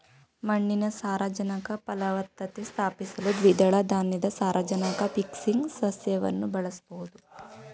ಮಣ್ಣಿನ ಸಾರಜನಕ ಫಲವತ್ತತೆ ಸ್ಥಾಪಿಸಲು ದ್ವಿದಳ ಧಾನ್ಯದ ಸಾರಜನಕ ಫಿಕ್ಸಿಂಗ್ ಸಸ್ಯವನ್ನು ಬಳಸ್ಬೋದು